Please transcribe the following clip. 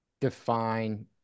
define